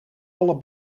alle